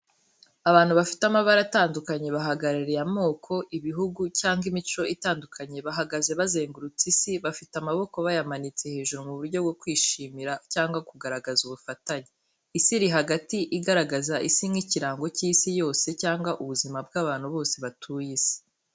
Abantu bafite amabara atandukanye bahagarariye amoko, ibihugu cyangwa imico itandukanye bahagaze bazengurutse isi, bafite amaboko bayamanitse hejuru mu buryo bwo kwishimira cyangwa kugaragaza ubufatanye. Isi iri hagati igaragaza isi nk’ikirango cy’isi yose cyangwa ubuzima bw’abantu bose batuye isi.